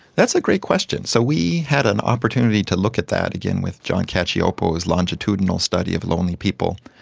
that's a great question. so we had an opportunity to look at that again with john cacioppo's longitudinal study of lonely people.